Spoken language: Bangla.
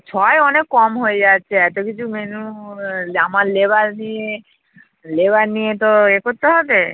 ছয় অনেক কম হয়ে যাচ্ছে এত কিছু মেনু আমার লেবার নিয়ে লেবার নিয়ে তো এ করতে হবে